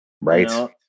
Right